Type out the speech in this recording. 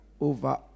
over